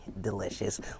delicious